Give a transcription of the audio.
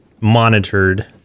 monitored